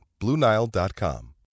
BlueNile.com